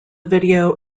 video